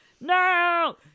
no